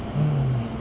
mm